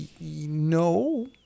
no